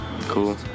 Cool